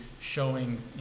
showing